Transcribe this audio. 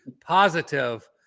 positive